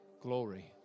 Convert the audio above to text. glory